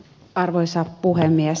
arvoisa puhemies